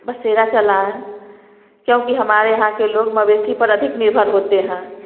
बसेरा चलाए क्योंकि हमारे यहाँ के लोग मवेशी पर अधिक निर्भर होते हैं